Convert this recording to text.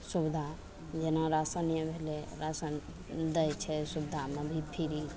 सुविधा जेना राशने भेलय राशन दै छै सुविधामे फ्री